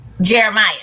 Jeremiah